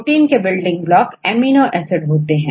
प्रोटीनके building block amino acid होते हैं